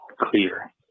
clear